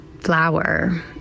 flower